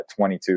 22